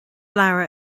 leabhar